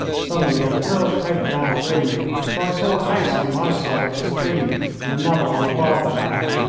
suddenly a thrill of hope ran through me, for i saw a house on my side of the stream and another on the farther bank.